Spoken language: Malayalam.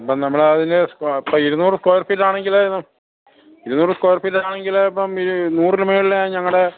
ഇപ്പം നമ്മൾ അതിന് ഇപ്പം ഇരുന്നൂറ് സ്ക്വയർ ഫീറ്റാണെങ്കിൽ ഇരുന്നൂറ് സ്ക്വയർ ഫീറ്റാണെങ്കിൽ ഇപ്പം ഈ നൂറിന് മേളിലാണ് ഞങ്ങളുടെ